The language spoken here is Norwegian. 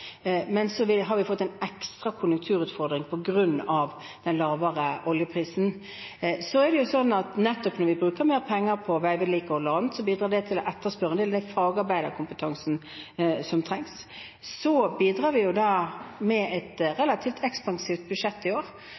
Men så har vi fått en ekstra konjunkturutfordring på grunn av en lavere oljepris. Så er det sånn at nettopp når vi bruker mer penger på veivedlikehold og annet, bidrar det til å etterspørre en del av den fagarbeiderkompetansen som trengs. Vi bidrar med et relativt ekspansivt budsjett i år,